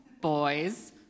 boys